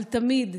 אבל תמיד,